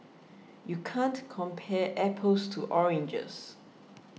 you can't compare apples to oranges